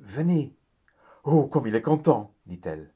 venez oh comme il est content dit-elle